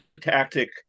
tactic